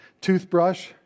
toothbrush